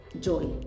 joy